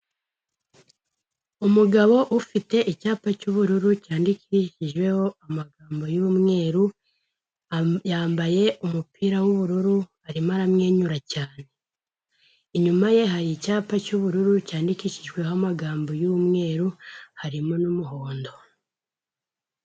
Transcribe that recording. Umugabo ufite icyapa cy'ubururu cyandikishijeho amagambo y'umweru yambaye umupira w'ubururu arimo aramwenyura cyane, inyuma ye hari icyapa cy'ubururu cyandikishijweho amagambo y'umweru harimo n'umuhondo.